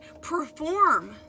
perform